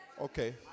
Okay